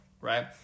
right